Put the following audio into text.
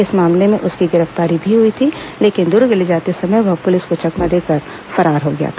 इस मामले में उसकी गिरफ्तारी भी हुई थी लेकिन दुर्ग ले जाते समय वह पुलिस को चकमा देकर फरार हो गया था